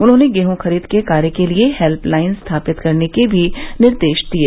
उन्होंने गेहूँ खरीद कार्य के लिये हेल्य लाइन स्थापित करने के भी निर्देश दिये